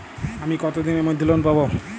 আমি কতদিনের মধ্যে লোন পাব?